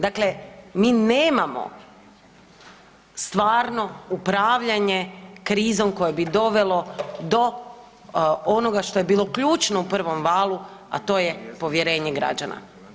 Dakle, mi nemamo stvarno upravljanje krizom koje bi dovelo do onoga što je bilo ključno u prvom valu, a to je povjerenje građana.